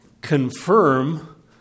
confirm